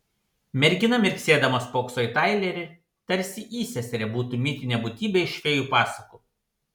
mergina mirksėdama spokso į tailerį tarsi įseserė būtų mitinė būtybė iš fėjų pasakų